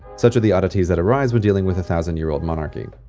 such are the oddities that arise when dealing with a thousand year-old monarchy.